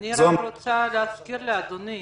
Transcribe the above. אני רוצה להזכיר לאדוני